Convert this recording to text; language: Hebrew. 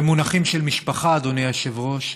במונחים של משפחה, אדוני היושב-ראש,